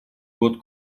год